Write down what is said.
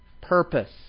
Purpose